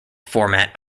format